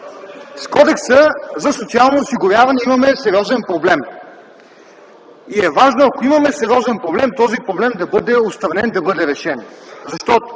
с Кодекса за социално осигуряване имаме сериозен проблем. Важно е ако имаме сериозен проблем, той да бъде отстранен, да бъде решен. Защото